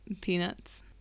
Peanuts